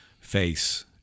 face